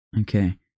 Okay